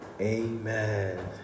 Amen